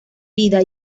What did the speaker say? vida